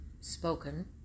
spoken